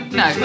no